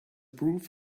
proof